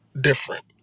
different